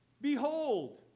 Behold